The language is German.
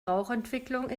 rauchentwicklung